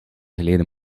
geleden